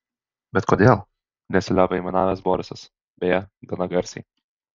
bet kodėl nesiliovė aimanavęs borisas beje gana garsiai